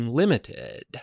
limited